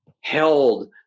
held